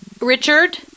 Richard